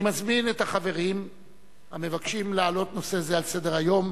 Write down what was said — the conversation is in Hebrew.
אני מזמין את החברים המבקשים להעלות נושא זה על סדר-היום,